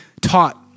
taught